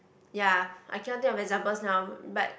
ya I cannot think of examples now but